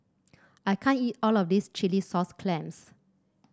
I can't eat all of this Chilli Sauce Clams